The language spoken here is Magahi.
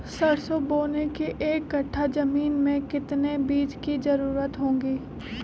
सरसो बोने के एक कट्ठा जमीन में कितने बीज की जरूरत होंगी?